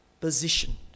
position